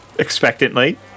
Expectantly